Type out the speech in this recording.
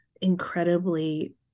incredibly